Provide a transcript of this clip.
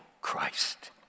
Christ